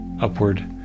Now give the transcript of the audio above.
upward